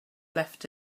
left